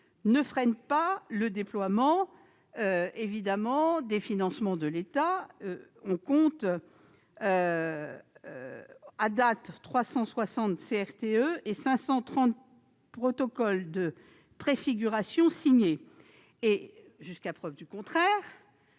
ne freine pas le déploiement des financements de l'État. On compte à date 360 CRTE et 530 protocoles de préfiguration signés. Jusqu'à preuve du contraire,